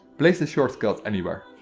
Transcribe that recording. place the shortcut anywhere.